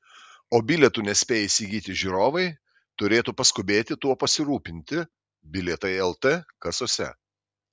o bilietų nespėję įsigyti žiūrovai turėtų paskubėti tuo pasirūpinti bilietai lt kasose